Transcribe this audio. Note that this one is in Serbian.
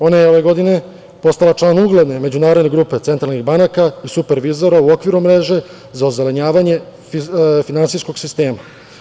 Ona je ove godine postala član ugledne međunarodne grupe centralnih banaka i supervizora u okviru mreže za ozelenjavanje finansijskog sistema.